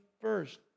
first